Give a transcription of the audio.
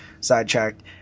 sidetracked